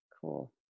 Cool